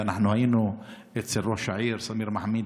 והיינו אצל ראש העיר סמיר מחאמיד,